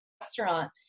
restaurant